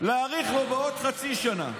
להאריך לו בעוד חצי שנה.